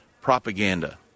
propaganda